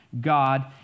God